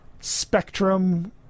Spectrum